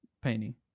painting